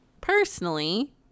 personally